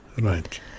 right